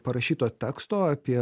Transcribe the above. parašyto teksto apie